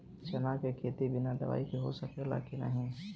चना के खेती बिना दवाई के हो सकेला की नाही?